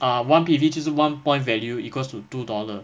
one P_V 就是 one point value equals to two dollar